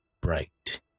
bright